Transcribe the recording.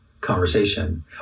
conversation